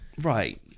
Right